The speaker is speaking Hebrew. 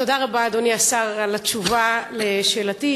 תודה רבה, אדוני השר, על התשובה על שאלתי.